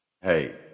hey